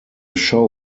show